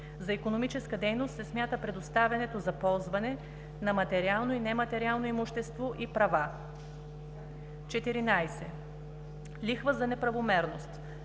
За икономическа дейност се смята и предоставянето за ползване на материално и нематериално имущество и права. 14. „Лихва за неправомерност“